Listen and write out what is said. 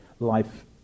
life